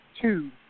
two